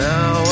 Now